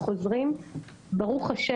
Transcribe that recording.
ברוך ה',